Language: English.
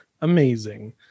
amazing